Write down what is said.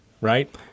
right